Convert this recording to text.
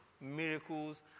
Miracles